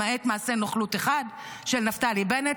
למעט מעשה נוכלות אחד של נפתלי בנט,